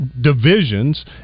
divisions